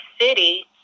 city